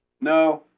No